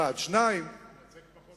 זה ממש לא